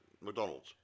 McDonald's